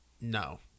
No